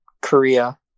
Korea